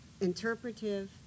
interpretive